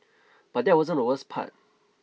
but that wasn't the worst part